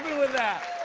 with that.